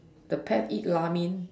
the pet eat Ramen